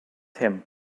him